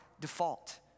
default